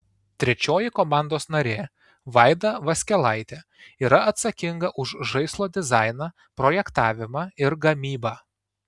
trečioji komandos narė vaida vaskelaitė yra atsakinga už žaislo dizainą projektavimą ir gamybą